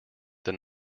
than